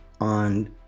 on